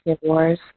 Wars